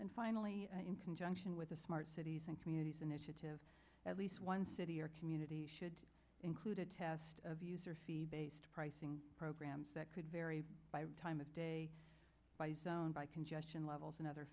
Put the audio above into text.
and finally in conjunction with the smart cities and communities initiative at least one city or community should include a test of user fee based pricing programs that could vary by time of day and by congestion levels and other